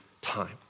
time